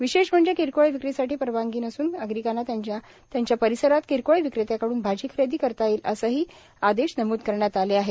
विशेष म्हणजे किरकोळ विक्रीसाठी परवानगी नसून नागरिकांना त्यांच्या त्यांच्या परिसरात किरकोळ विक्रेत्यांकडून भाजी खरेदी करता येईल असेही आदेशात नमूद करण्यात आले आहे